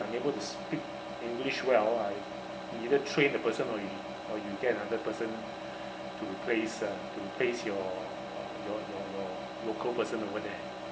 unable to speak english well uh either train the person or you or you get another person to replace uh to replace your your your local person over there